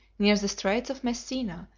near the straits of messina,